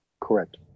Correct